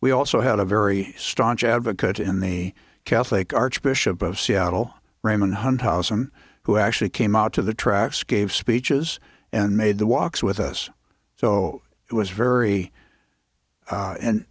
we also had a very staunch advocate in the catholic archbishop of seattle roman one thousand who actually came out to the tracks gave speeches and made the walks with us so it was very